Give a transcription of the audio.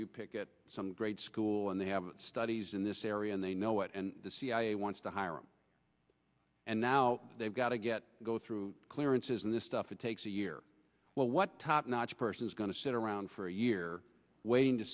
you pick at some great school and they have studies in this area and they know it and the cia wants to hire him and now they've got to get go through clearances and this stuff it takes a year well what top notch person is going to sit around for a year waiting to